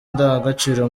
ndangagaciro